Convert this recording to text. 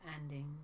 ending